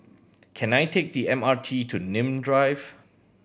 can I take the M R T to Nim Drive